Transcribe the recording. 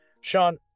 Sean